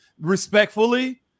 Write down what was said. respectfully